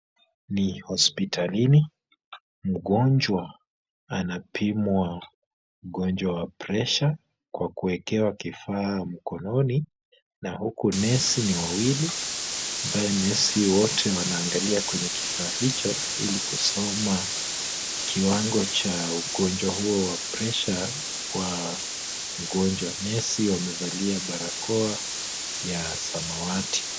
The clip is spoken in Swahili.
Ni hospitalini, mgonjwa napimwa ugonjwa wa pressure kwa kuwekewa kifaa mkononi na huku nurse ni wawili, ambaye nurse wote wanaangalia kwenye kifaa hicho ili kusoma kiwango cha ugonjwa huo wa pressure wa mgonjwa. Nurse wamevalia barakoa ya samawati.